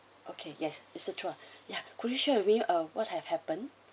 okay yes mister chua yeah could you share with me uh what have happened